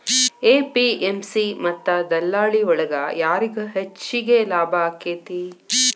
APMC ಮತ್ತ ದಲ್ಲಾಳಿ ಒಳಗ ಯಾರಿಗ್ ಹೆಚ್ಚಿಗೆ ಲಾಭ ಆಕೆತ್ತಿ?